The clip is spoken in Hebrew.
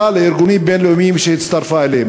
לארגונים בין-לאומיים שהיא הצטרפה אליהם.